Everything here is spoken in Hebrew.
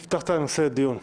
נפתח את הנושא לדיון.